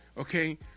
okay